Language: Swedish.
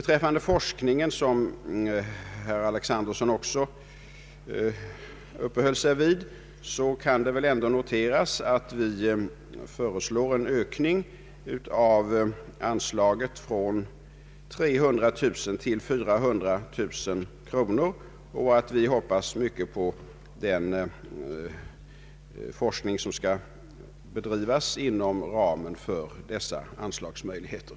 Beträffande forskningen, som herr Alexanderson också uppehöll sig vid, kan det noteras att vi föreslår en ökning av anslaget från 300 000 till 400 000 kronor och att vi hoppas mycket på den forskning som skall bedrivas inom ramen för de möjligheter denna anslagshöjning ger.